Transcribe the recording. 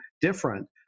different